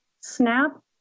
SNAP